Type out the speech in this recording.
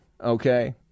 okay